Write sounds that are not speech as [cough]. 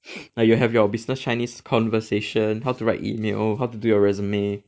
[breath] like you have your business chinese conversation how to write email how to do your resume